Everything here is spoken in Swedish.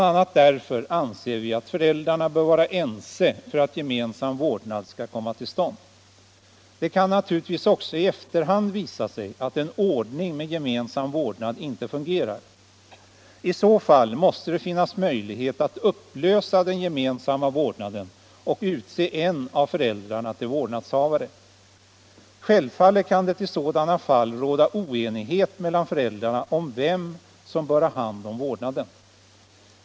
a. därför anser vi att föräldrarna bör vara ense för att gemensam vårdnad skall komma till stånd. Det kan naturligtvis också i efterhand visa sig att en ordning med gemensam vårdnad inte fungerar. I så fall måste det finnas möjlighet att upplösa den gemensamma vårdnaden och utse en av föräldrarna till vårdnadshavare. Självfallet kan det i sådana fall råda oenighet mellan föräldrarna om vem som bör ha vårdnaden.